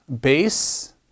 base